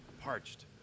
parched